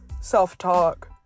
self-talk